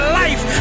life